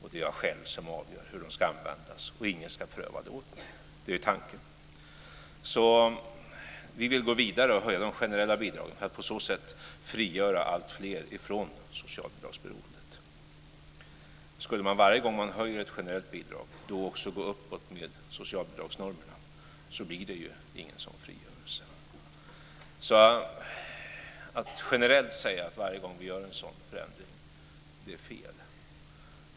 Tanken är den att man själv avgör hur de ska användas och att ingen annan ska pröva det åt en. Vi vill alltså gå vidare och höja de generella bidragen för att på så sätt frigöra alltfler från socialbidragsberoendet. Skulle man varje gång man höjer ett generellt bidrag också justera socialbidragsnormerna uppåt, blir det ju ingen sådan frigörelse. Att generellt säga att det ska ske varje gång vi gör en sådan prövning är fel.